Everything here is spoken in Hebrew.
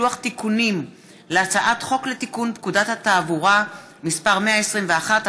לוח תיקונים להצעת חוק לתיקון פקודת התעבורה (מס' 121),